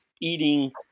eating